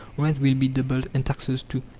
rent will be doubled, and taxes too,